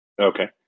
Okay